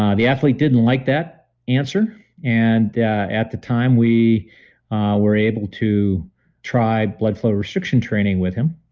um the athlete didn't like that answer and at the time we were able to try blood flow restriction training with him.